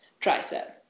tricep